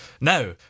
Now